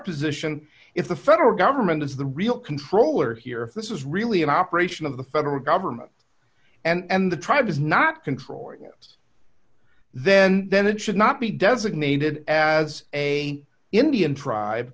position if the federal government is the real controller here if this is really an operation of the federal government and the tribe is not controlling it then then it should not be designated as a indian tribe